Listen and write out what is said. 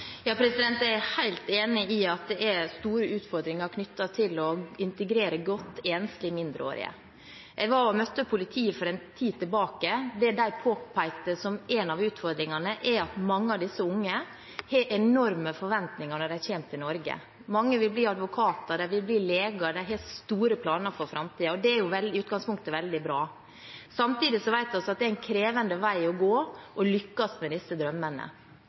Jeg er helt enig i at det er store utfordringer knyttet til god integrering av enslige mindreårige. Jeg møtte politiet for en tid tilbake. Det de påpekte som en av utfordringene, er at mange av disse unge har enorme forventninger når de kommer til Norge. Mange vil bli advokat, de vil bli lege – de har store planer for framtiden. Det er i utgangspunktet veldig bra. Samtidig vet vi at det er en krevende vei å gå for å lykkes med disse drømmene.